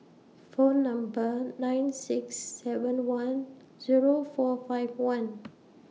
For Number nine six seven one Zero four five one